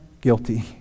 guilty